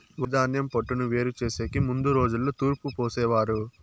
వరిధాన్యం పొట్టును వేరు చేసెకి ముందు రోజుల్లో తూర్పు పోసేవారు